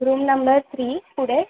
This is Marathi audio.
रूम नंबर थ्री पुढे